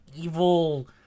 evil